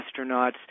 astronauts